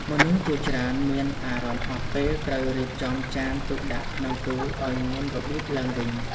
មនុស្សជាច្រើនមានអារម្មណ៍ហត់ ពេលត្រូវរៀបចំចានទុកដាក់ក្នុងទូឱ្យមានរបៀបឡើងវិញ។